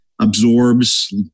absorbs